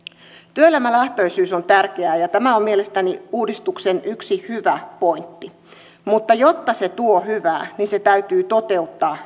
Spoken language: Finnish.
työelämälähtöisyys on tärkeää ja tämä on mielestäni uudistuksen yksi hyvä pointti mutta jotta se tuo hyvää se täytyy toteuttaa